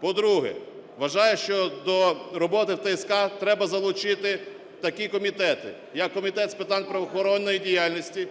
По-друге, вважаю, що до роботи в ТСК треба залучити такі комітети, як Комітет з питань правоохоронної діяльності,